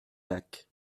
lac